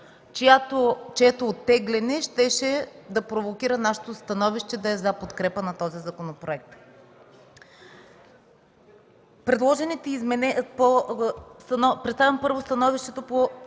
чието оттегляне щеше да провокира нашето становище да е за подкрепа на този законопроект. Представям първо становището по